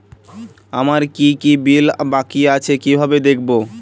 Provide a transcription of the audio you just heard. আমার কি কি বিল বাকী আছে কিভাবে দেখবো?